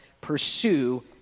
pursue